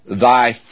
thy